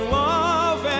love